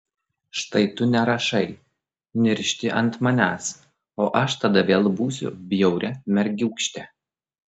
štai tu nerašai niršti ant manęs o aš tada vėl būsiu bjauria mergiūkšte